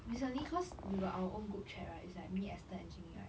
recently because we got our own group chat right it's like me ester and jun yi right